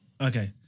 Okay